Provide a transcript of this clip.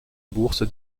bourse